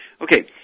Okay